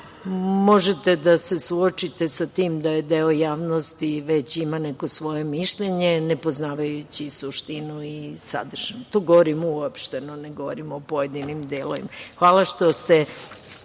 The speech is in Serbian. možete da se suočite sa tim da deo javnosti već ima neko svoje mišljenje, nepoznavajući suštinu i sadržinu. To govorim uopšteno. Ne govorim o pojedinim delovima. Hvala što ste